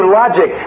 logic